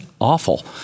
awful